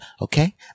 okay